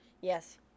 yes